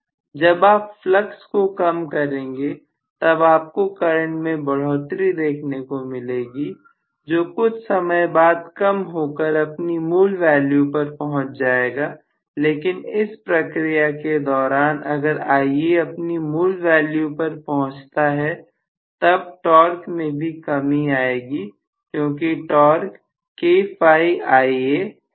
जब आप फ्लक्स को कम करेंगे तब आपको करंट में बढ़ोतरी देखने को मिलेगी जो कुछ समय बाद कम होकर अपनी मूल वैल्यू पर पहुंच जाएगा लेकिन इस प्रक्रिया के दौरान अगर Ia अपनी मूल वैल्यू पर पहुंचता है तब टॉर्क में भी कमी आएगी क्योंकि टॉर्क है